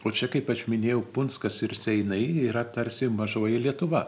o čia kaip aš minėjau punskas ir seinai yra tarsi mažoji lietuva